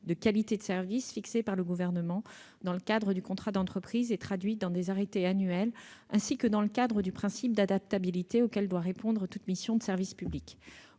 de qualité de service fixés par le Gouvernement dans le cadre du contrat d'entreprise et traduits dans des arrêtés annuels, ainsi que dans le cadre du principe d'adaptabilité auquel doit répondre toute mission de service public-